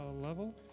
level